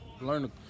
learn